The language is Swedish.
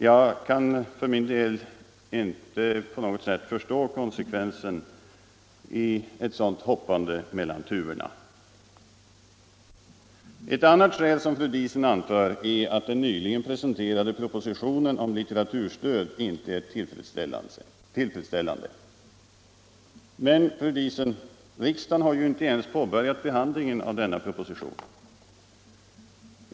Jag kan för min del inte på något sätt förstå konsekvensen i ett sådant hoppande mellan tuvorna. 139 Ett annat skäl som fru Diesen anför är att den nyligen presenterade propositionen om litteraturstöd inte är tillfredsställande. Men, fru Diesen, riksdagen har ju inte ens påbörjat behandlingen av denna proposition!